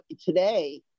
today